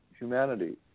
humanity